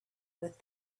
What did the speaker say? with